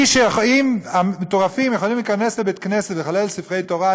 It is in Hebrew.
אם המטורפים יכולים להיכנס לבית-כנסת ולחלל ספרי תורה,